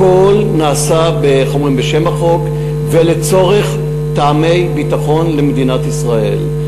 הכול נעשה בשם החוק ולצורך טעמי ביטחון של מדינת ישראל.